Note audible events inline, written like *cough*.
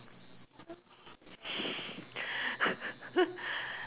*laughs*